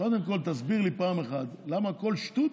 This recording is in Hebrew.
קודם כול תסביר לי פעם אחת למה לכל שטות,